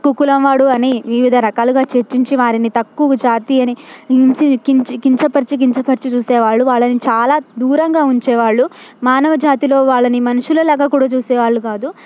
తక్కువ కులంవాడు అని వివిధ రకాలుగా చర్చించి వారిని తక్కువ జాతి అని హింసి కించ కించపరచి కించపరచి చూసేవాళ్ళు వాళ్ళని చాలా దూరంగా ఉంచేవాళ్ళు మానవజాతిలో వాళ్ళని మనుషులు లాగా కూడా చూసేవాళ్ళు కాదు